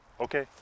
okay